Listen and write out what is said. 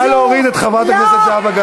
נא להוריד את חברת הכנסת זהבה גלאון מהדוכן.